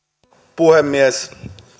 puhemies